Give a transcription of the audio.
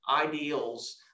ideals